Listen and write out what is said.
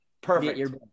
Perfect